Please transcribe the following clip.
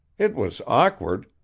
it was awkward,